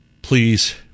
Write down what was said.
Please